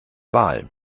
wahl